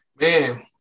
Man